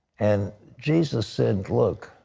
and jesus said look,